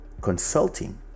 consulting